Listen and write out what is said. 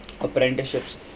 apprenticeships